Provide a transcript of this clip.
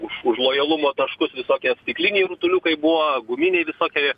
už už lojalumo taškus visokie stikliniai rutuliukai buvo guminiai visokie